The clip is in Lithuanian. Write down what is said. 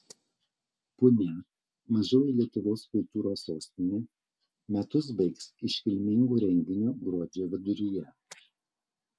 punia mažoji lietuvos kultūros sostinė metus baigs iškilmingu renginiu gruodžio viduryje